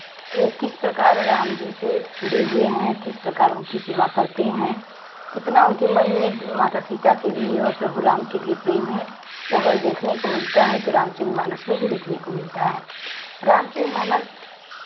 वो किस प्रकार राम जी से जुड़े हैं किस प्रकार उनकी सेवा करते हैं कितना उनके मन में माता सीता के लिए और प्रभु राम के लिए प्रेम है वो अगर देखने को मिलता है तो रामचरितमानस में ही देखने को मिलता है रामचरितमानस